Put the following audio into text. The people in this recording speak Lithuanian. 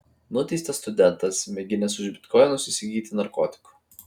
nuteistas studentas mėginęs už bitkoinus įsigyti narkotikų